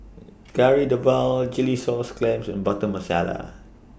Kari Debal Chilli Sauce Clams and Butter Masala